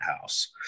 house